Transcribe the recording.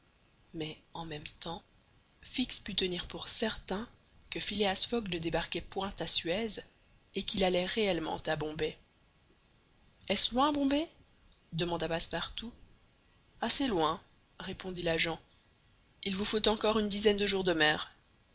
mais en même temps fix put tenir pour certain que phileas fogg ne débarquait point à suez et qu'il allait réellement à bombay est-ce loin bombay demanda passepartout assez loin répondit l'agent il vous faut encore une dizaine de jours de mer